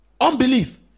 unbelief